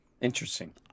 Interesting